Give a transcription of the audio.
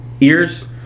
ears